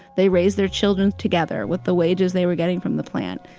they raised their children together with the wages they were getting from the plant.